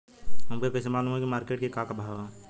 हमके कइसे मालूम होई की मार्केट के का भाव ह?